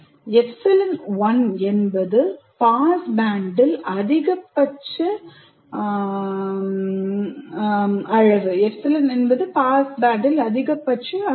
ε1 என்பது பாஸ்பேண்டில் அதிகபட்ச அளவு